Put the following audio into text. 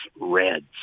reds